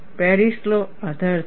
Paris law આધાર છે